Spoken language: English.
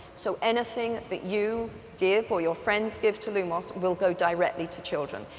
so anything that you give or your friends give to lumos will go directly to children.